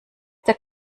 der